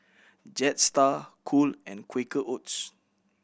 Jetstar Cool and Quaker Oats